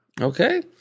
okay